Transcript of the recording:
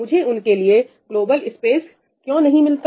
मुझे उनके लिए ग्लोबल स्पेस क्यों नहीं मिलता